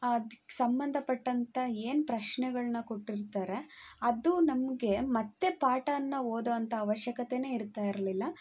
ಅದಕ್ಕೆ ಸಂಬಂಧಪಟ್ಟಂತ ಏನು ಪ್ರಶ್ನೆಗಳನ್ನ ಕೊಟ್ಟಿರ್ತಾರೆ ಅದು ನಮಗೆ ಮತ್ತೆ ಪಾಠನ್ನು ಓದುವಂತ ಅವಶ್ಯಕತೆಯೇ ಇರ್ತಾ ಇರಲಿಲ್ಲ